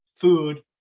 food